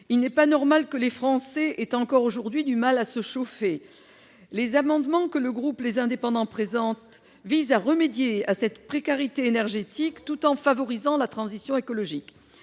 Il n'est pas normal que les Français aient, encore aujourd'hui, du mal à se chauffer. Les amendements n II-788 et II-804 que le groupe Les Indépendants présente visent à remédier à cette précarité énergétique, tout en favorisant la transition écologique.